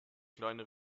kleine